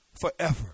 forever